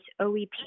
OEP